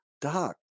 doc